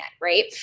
right